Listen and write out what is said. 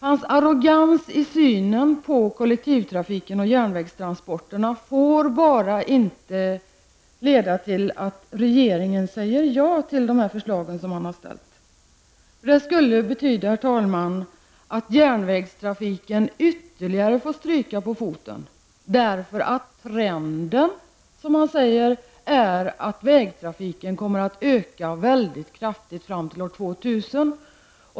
Hans arrogans i synen på kollektivtrafiken och järnvägstransporterna får bara inte leda till att regeringen säger ja till de förslag som han har väckt. Det skulle betyda, herr talman, att järnvägstrafiken får stryka på foten ytterligare därför att trenden, som man säger, är att vägtrafiken kommer att öka mycket kraftigt fram till år 2000.